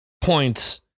points